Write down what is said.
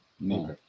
no